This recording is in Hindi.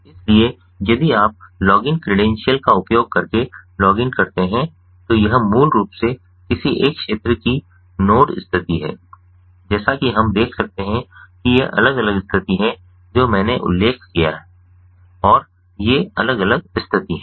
इसलिए यदि आप लॉगिन क्रेडेंशियल का उपयोग करके लॉगिन करते हैं तो यह मूल रूप से किसी एक क्षेत्र की नोड स्थिति है जैसा कि हम देख सकते हैं कि ये अलग स्थिति है जो मैंने उल्लेख किया था और ये अलग अलग स्थिति हैं